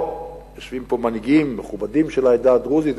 יושבים פה בחוץ מנהיגים מכובדים של העדה הדרוזית,